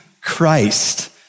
Christ